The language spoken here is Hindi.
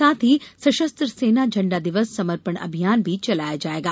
साथ ही सशस्त्र सेना झण्डा दिवस समर्पण अभियान भी चलाया जाएगा